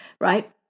right